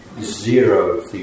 zero